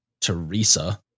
Teresa